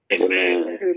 Amen